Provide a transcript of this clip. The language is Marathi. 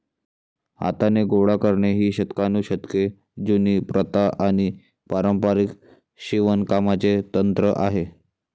हाताने गोळा करणे ही शतकानुशतके जुनी प्रथा आणि पारंपारिक शिवणकामाचे तंत्र आहे